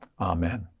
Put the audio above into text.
Amen